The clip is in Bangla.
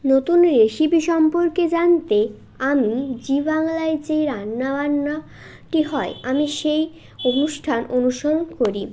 নতুন রেসিপি সম্পর্কে জানতে আমি জি বাংলায় যে রান্নাবান্না টি হয় আমি সেই অনুষ্ঠান অনুসরণ করি